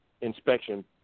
inspection